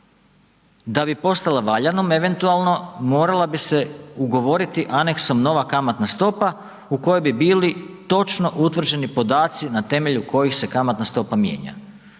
da bi postala valjanom eventualno, morala bi se ugovoriti aneksom nova kamatna stopa u kojoj bi bili točno utvrđeni podaci na temelju kojih se kamatna stopa mijenja.